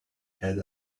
had